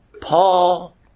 Paul